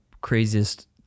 craziest